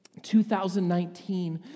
2019